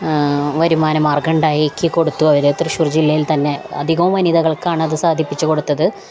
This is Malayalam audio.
വരുമാന മാർഗമുണ്ടാക്കിക്കൊടുത്തു അവര് തൃശ്ശൂർ ജില്ലയിൽ തന്നെ അധികവും വനിതകൾക്കണതു സാധിപ്പിച്ചുകൊടുത്തത്